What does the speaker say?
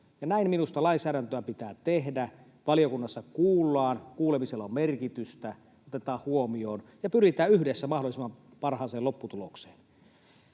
näin minusta lainsäädäntöä pitää tehdä: valiokunnassa kuullaan, kuulemisella on merkitystä, otetaan huomioon ja pyritään yhdessä mahdollisimman parhaaseen lopputulokseen.